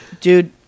dude